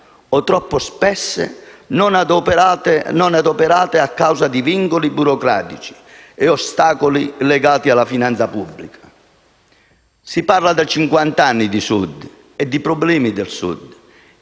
o, troppo spesso, non adoperate a causa di vincoli burocratici e ostacoli legati alla finanza pubblica. Si parla da cinquant'anni di Sud e di problemi del Sud,